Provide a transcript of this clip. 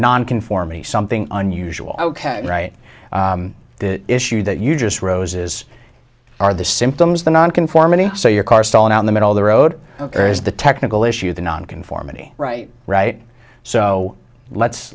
nonconforming something unusual ok right the issue that you just rose is are the symptoms the nonconformity so your car stalled out in the middle of the road or is the technical issue the nonconformity right right so let's